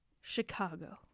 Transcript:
Chicago